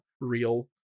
real